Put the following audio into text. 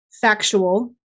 factual